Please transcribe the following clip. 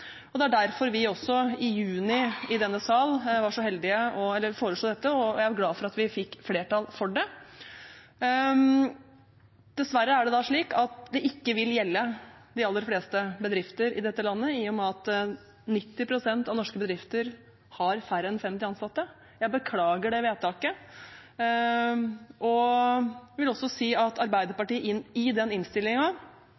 Det var også derfor vi i juni i denne sal foreslo dette, og jeg er glad for at vi fikk flertall for det. Dessverre er det slik at dette ikke vil gjelde de aller fleste bedrifter i dette landet, i og med at 90 pst. av norske bedrifter har færre enn 50 ansatte. Jeg beklager det vedtaket, og vil også si at